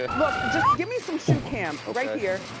ah look, just give me some shoe cam right here.